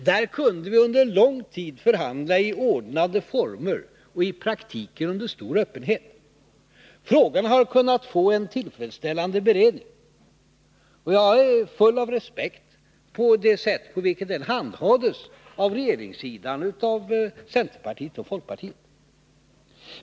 Där kunde vi under lång tid förhandla i ordnade former och i praktiken under stor öppenhet. Frågan har kunnat få en tillfredsställande beredning. Jag är full av respekt för det sätt på vilket den handhades på regeringssidan av centerpartiet och folkpartiet.